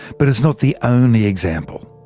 but it's not the only example.